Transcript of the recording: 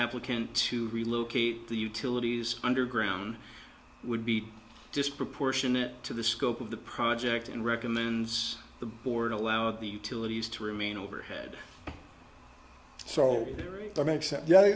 applicant to relocate the utilities underground would be disproportionate to the scope of the project and recommends the board allow the utilities to remain overhead so